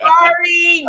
Sorry